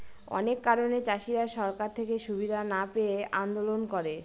অনেক কারণে চাষীরা সরকার থেকে সুবিধা না পেয়ে আন্দোলন করে